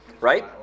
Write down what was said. Right